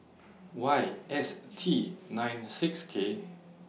Y S T nine six K